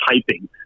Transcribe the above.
typing